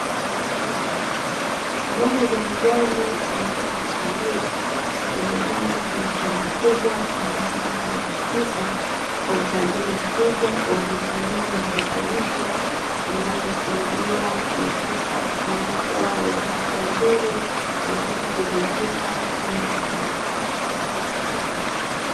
Mboga za majani aina ya chainizi zimepandwa kwenye shamba kubwa ambazo zinasifika, kwa utajiri mkubwa wa vitamini na virutubisho vinavyosaidia mifupa kuweza kuwa na afya nzuri na kutokuvunjika mara kwa mara.